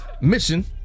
mission